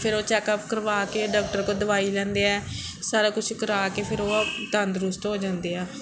ਫਿਰ ਉਹ check up ਕਰਵਾ ਕੇ ਡਾਕਟਰ ਕੋਲ ਦਵਾਈ ਲੈਂਦੇ ਆ ਸਾਰਾ ਕੁਛ ਕਰਾ ਕੇ ਫਿਰ ਉਹ ਤੰਦਰੁਸਤ ਹੋ ਜਾਂਦੇ ਆ